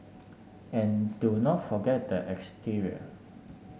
and do not forget the exterior